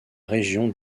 région